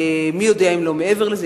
ומי יודע אם לא מעבר לזה.